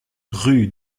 rue